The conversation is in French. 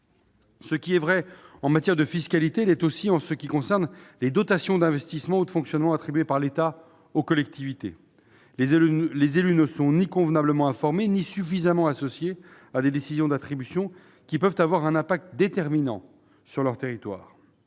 Ce qui est vrai pour la fiscalité l'est aussi pour les dotations d'investissement ou de fonctionnement que l'État attribue aux collectivités. Les élus ne sont ni convenablement informés ni suffisamment associés à des décisions d'attribution qui peuvent avoir un impact déterminant pour leur territoire.